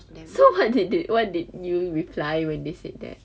so what did they what did you reply when they said that